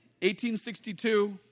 1862